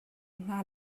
hna